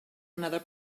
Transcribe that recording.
another